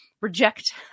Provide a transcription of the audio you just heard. reject